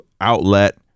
outlet